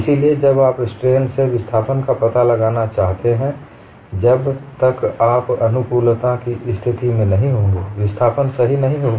इसलिए जब आप स्ट्रेन से विस्थापन का पता लगाना चाहते हैं जब तक आप अनुकूलता की स्थिति में नहीं होंगे विस्थापन सही नहीं होगा